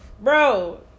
Bro